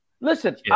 Listen